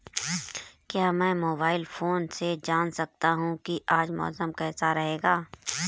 क्या मैं mobile phone से जान सकता हूँ कि आज मौसम कैसा रहेगा?